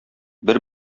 бер